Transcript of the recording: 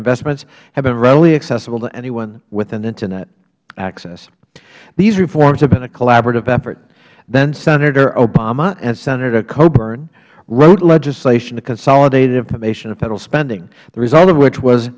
investments have been readily accessible to anyone with an internet access these reforms have been a collaborative effort then senator obama and senator coburn wrote legislation to consolidate information on federal spending the result of which was